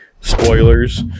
spoilers